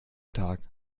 tag